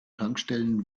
tankstellen